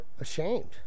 ashamed